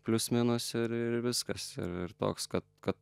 plius minus ir ir viskas ir toks kad kad